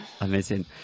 Amazing